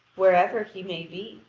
wherever he may be.